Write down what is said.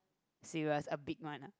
serious a big one ah